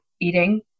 eating